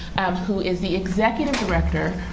who is the executive director,